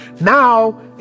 now